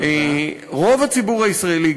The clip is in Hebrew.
רוב הציבור הישראלי,